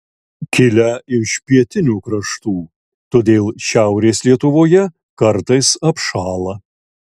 kilę iš pietinių kraštų todėl šiaurės lietuvoje kartais apšąla